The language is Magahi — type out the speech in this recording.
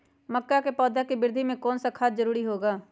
मक्का के पौधा के वृद्धि में कौन सा खाद जरूरी होगा?